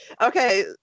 okay